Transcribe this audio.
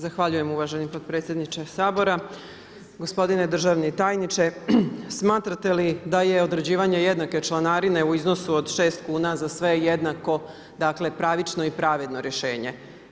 Zahvaljujem uvaženi potpredsjedniče Sabora, gospodine državni tajniče, smatrate li da je određivanje jednake članarine u iznosu od 6 kn, za sve jednako, dakle pravično i pravedno rješenje?